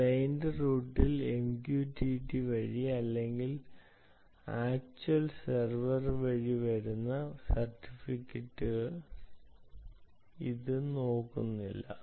client റൂട്ടിൽ നിന്ന് MQTT വഴി അല്ലെങ്കിൽ ആക്ച്വൽ സെർവർ വഴി വരുന്ന സർട്ടിഫിക്കറ്റ് ഇത് നോക്കുന്നില്ല